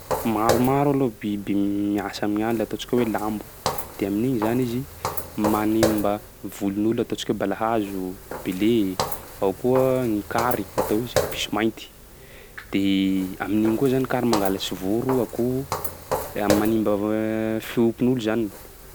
Maromaro aloha biby miasa amin'gny alina ataontsika hoe lambo. De amin'igny zany izy manimba volin'olona ataontsika hoe balahazo, bele. Ao koa gny kary, atao hoe zay piso mainty. De amin'igny koa zany kary mangalatsy voro, akoho manimba fiompian'olo zany.